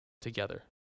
together